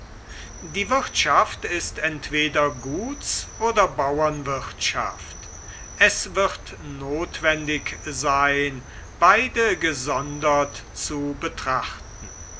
die wirtschaft ist entweder guts oder bauernwirtschaft es wird notwendig sein beide gesondert zu betrachten